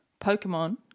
Pokemon